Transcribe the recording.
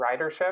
ridership